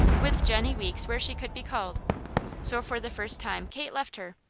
with jennie weeks where she could be called so for the first time kate left her,